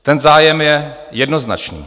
Ten zájem je jednoznačný.